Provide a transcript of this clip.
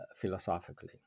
philosophically